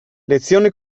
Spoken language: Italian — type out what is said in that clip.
lezione